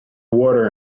water